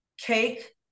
cake